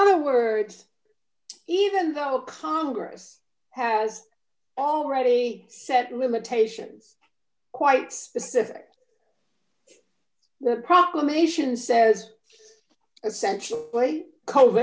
other words even though congress has already set limitations quite specific problem ation says essentially cove